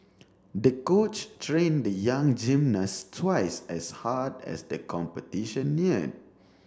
the coach trained the young gymnast twice as hard as the competition near